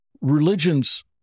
religions